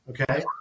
okay